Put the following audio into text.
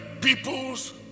people's